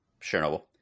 Chernobyl